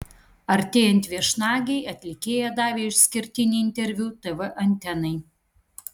artėjant viešnagei atlikėja davė išskirtinį interviu tv antenai